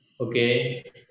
Okay